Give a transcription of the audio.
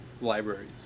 libraries